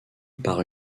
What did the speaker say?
par